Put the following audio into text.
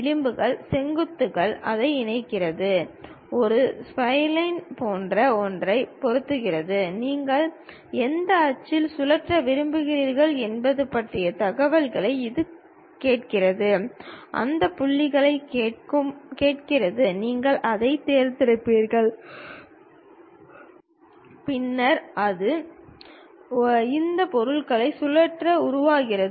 விளிம்புகள் செங்குத்துகள் அதை இணைக்கிறது ஒரு ஸ்ப்லைன் போன்ற ஒன்றை பொருத்துகிறது நீங்கள் எந்த அச்சில் சுழற்ற விரும்புகிறீர்கள் என்பது பற்றிய தகவலை இது கேட்கிறது அந்த புள்ளிகளைக் கேட்கிறது நீங்கள் அதைத் தேர்ந்தெடுங்கள் பின்னர் அது இந்த பொருட்களைச் சுழற்றி உருவாக்குகிறது